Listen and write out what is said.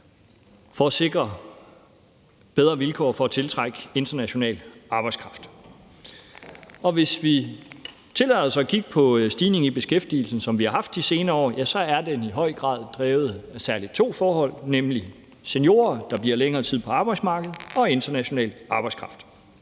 for at sikre bedre vilkår for at tiltrække international arbejdskraft. Hvis vi tillader os at kigge på stigningen i beskæftigelsen, som vi har haft de senere år, er den i høj grad drevet af særlig to forhold, nemlig seniorer, der bliver længere tid på arbejdsmarkedet, og international arbejdskraft.